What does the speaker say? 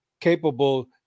capable